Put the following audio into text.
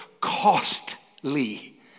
costly